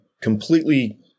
completely